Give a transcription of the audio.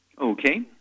Okay